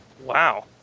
Wow